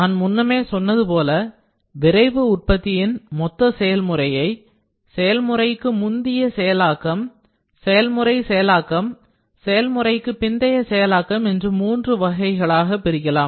நான் முன்னமே சொன்னது போல விரைவு உற்பத்தியின் மொத்த செயல்முறையை செயல்முறைக்கு முந்திய செயலாக்கம் செயல்முறை செயலாக்கம் செயல்முறைக்கு பிந்தைய செயலாக்கம் என்று மூன்று வகைகளாக பிரிக்கலாம்